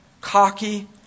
cocky